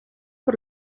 por